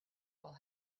while